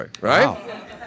Right